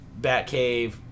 Batcave